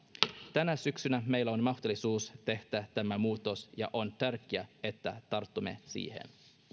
tänä syksynä meillä on mahdollisuus tehdä tämä muutos ja on tärkeää että tartumme siihen